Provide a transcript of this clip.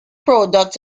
product